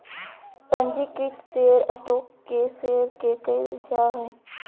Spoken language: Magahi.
पंजीकृत शेयर स्टॉक के शेयर के कहल जा हइ